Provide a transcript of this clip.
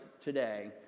today